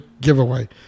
giveaway